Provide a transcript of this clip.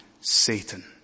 Satan